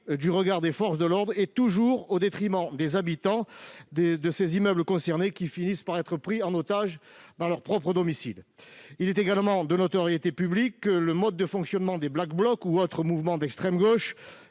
du regard des forces de l'ordre, et toujours au détriment des habitants des immeubles concernés, qui finissent par être pris en otage dans leur propre domicile. Il est également de notoriété publique que le mode de fonctionnement des Black Blocs ou autres mouvements d'extrême gauche